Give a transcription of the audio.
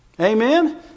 Amen